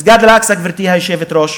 מסגד אל-אקצא, גברתי היושבת-ראש,